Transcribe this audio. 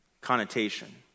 connotation